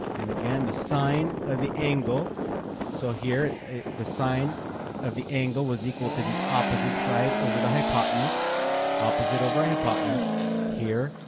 and again the sine of the angle so here the sine of the angle was equal to the opposite side over the hypotenuse opposite over hypotenuse here.